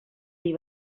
dir